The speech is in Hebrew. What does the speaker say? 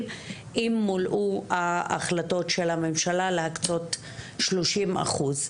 אם מולאו ההחלטות של הממשלה להקצות שלושים אחוז.